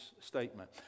statement